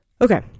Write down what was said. Okay